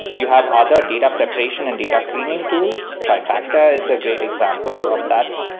you have other data preparation and data cleaning tools. trifecta is a great example of that.